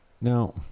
Now